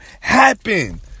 happen